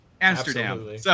Amsterdam